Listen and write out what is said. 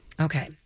Okay